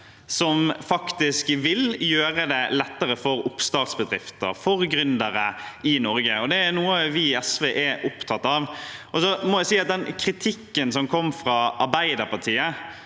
som faktisk vil gjøre det lettere for oppstartsbedrifter og gründere i Norge, og det er noe vi i SV er opptatt av. Jeg må si at den kritikken som kom fra Arbeiderpartiet,